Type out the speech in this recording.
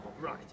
Right